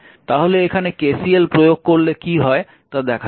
তাহলে এখানে KCL প্রয়োগ করলে কী হয় তা দেখা যাক